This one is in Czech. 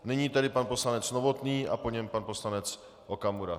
Nyní tedy pan poslanec Novotný a po něm pan poslanec Okamura.